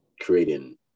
creating